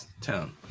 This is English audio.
town